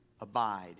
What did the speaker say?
abide